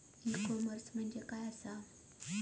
E commerce म्हणजे काय असा?